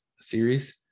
series